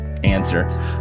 answer